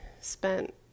spent